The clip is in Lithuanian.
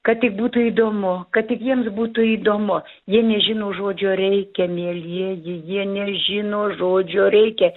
kad tik būtų įdomu kad tik jiems būtų įdomu jie nežino žodžio reikia mielieji jie nežino žodžio reikia